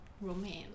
romance